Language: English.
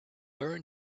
learn